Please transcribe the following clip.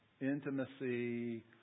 intimacy